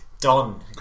Don